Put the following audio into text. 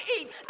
eat